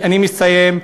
אני מסיים.